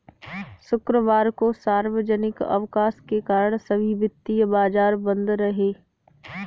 शुक्रवार को सार्वजनिक अवकाश के कारण सभी वित्तीय बाजार बंद रहे